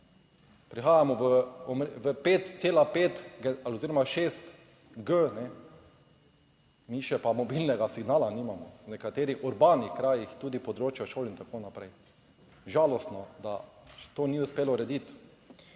Prihajamo v 5,5 oziroma 6G, mi pa še mobilnega signala nimamo, v nekaterih urbanih krajih, tudi področja šol in tako naprej. Žalostno, da to ni uspelo urediti